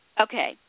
Okay